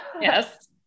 yes